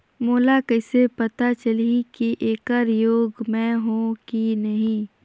मोला कइसे पता चलही की येकर योग्य मैं हों की नहीं?